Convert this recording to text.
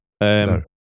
No